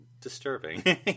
disturbing